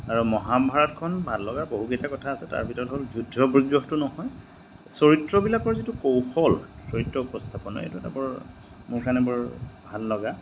আৰু মহাভাৰতখন ভাল লগাৰ বহুকেইটা কথা আছে তাৰ ভিতৰত হ'ল যুদ্ধ বিগ্ৰহতো নহয় চৰিত্ৰবিলাকৰ যিটো কৌশল চৰিত্ৰ উপস্থাপনৰ এইটো এটা বৰ মোৰ কাৰণে বৰ ভাল লগা